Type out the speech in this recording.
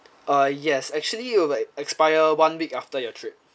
uh yes actually it will expire one week after your trip